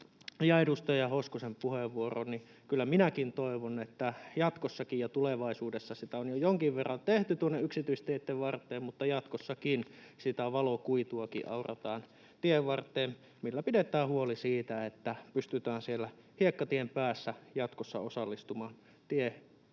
edustaja Hoskosen puheenvuoroon: kyllä minäkin toivon, että jatkossakin ja tulevaisuudessa — sitä on jo jonkin verran tehty tuonne yksityisteitten varteen — sitä valokuituakin aurataan tienvarteen, millä pidetään huoli siitä, että pystytään siellä hiekkatien päässä jatkossa osallistumaan tieosuuskunnan